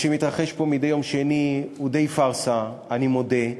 מה שמתרחש פה מדי יום שני זה די פארסה, אני מודה,